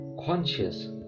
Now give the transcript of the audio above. Conscious